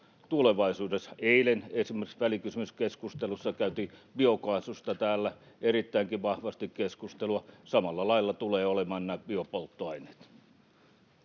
tulevaisuudessa. Eilen esimerkiksi välikysymyskeskustelussa käytiin biokaasusta täällä erittäinkin vahvasti keskustelua — samalla lailla tulevat olemaan nämä biopolttoaineet.